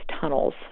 tunnels